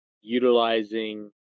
utilizing